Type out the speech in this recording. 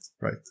right